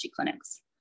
clinics